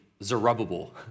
Zerubbabel